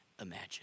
imagine